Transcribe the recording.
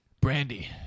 Brandy